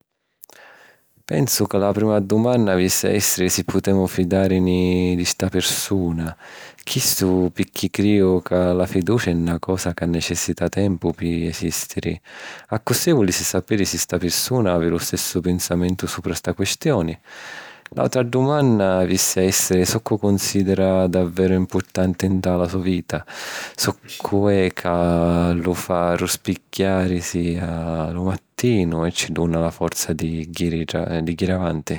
Pensu ca la prima dumanna avissi a èssiri si putemu fidàrini di sta pirsuna. Chistu picchì crìu ca la fiducia è na cosa ca necessita tempu pi esìstiri. Accussì vulissi sapiri si sta pirsuna havi lu stissu pinsamentu supra sta quistioni. L’àutra dumanna avissi a èssiri soccu cunsìdira davveru mpurtanti nta la so vita, soccu è ca lu fa arrispigghiàrisi a lu mattinu e ci duna la forza di jiri a... di jiri avanti.